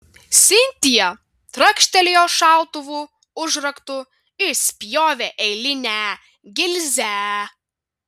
sintija trakštelėjo šautuvo užraktu išspjovė eilinę gilzę